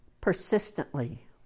persistently